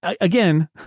Again